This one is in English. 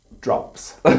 drops